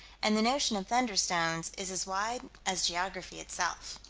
and the notion of thunderstones is as wide as geography itself.